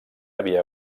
havia